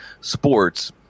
sports